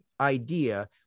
idea